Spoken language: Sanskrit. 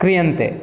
क्रियन्ते